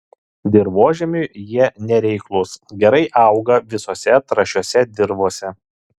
dirvožemiui jie nereiklūs gerai auga visose trąšiose dirvose